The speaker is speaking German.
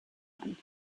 man